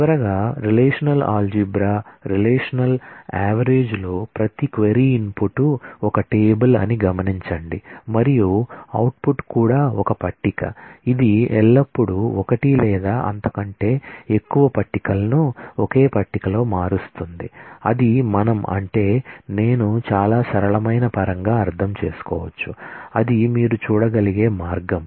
చివరగా relational algebra కూడా ఒక టేబుల్ ఇది ఎల్లప్పుడూ ఒకటి లేదా అంతకంటే ఎక్కువ టేబుల్లను ఒకే టేబుల్లో మారుస్తుంది అది మనం అంటే నేను చాలా సరళమైన పరంగా అర్థం చేసుకోవచ్చు అది మీరు చూడగలిగే మార్గం